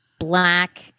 black